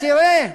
תראה,